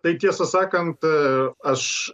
tai tiesą sakant aš